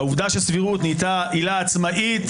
העובדה שסבירות נהייתה עילה עצמאית,